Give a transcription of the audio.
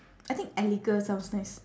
I think eleger sounds nice